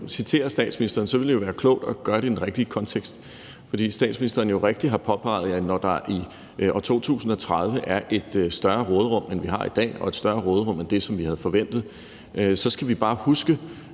citerer statsministeren, ville det være klogt at gøre det i den rigtige kontekst. For statsministeren har jo rigtigt påpeget, at når der i 2030 er et større råderum, end vi har i dag, og et større råderum end det, som vi havde forventet, så skal vi bare huske,